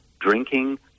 drinking